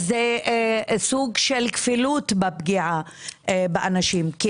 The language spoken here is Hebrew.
זה סוג של כפל פגיעה באנשים.